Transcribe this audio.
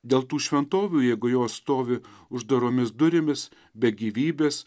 dėl tų šventovių jeigu jos stovi uždaromis durimis be gyvybės